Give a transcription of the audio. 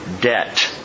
debt